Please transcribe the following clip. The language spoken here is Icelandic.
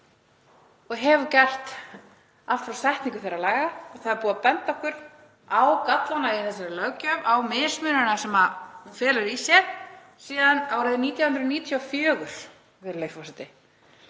og hafa gert allt frá setningu þeirra laga. Það er búið að benda okkur á gallana í þessari löggjöf, á mismununina sem þau fela í sér, síðan árið 1994, virðulegur forseti.